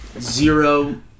zero